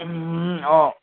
अँ